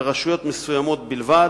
ברשויות מסוימות בלבד,